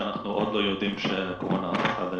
שאנחנו עוד לא יודעים שקורונה הפכה לשפעת,